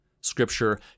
Scripture